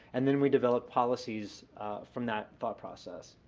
and then we developed policies from that thought process.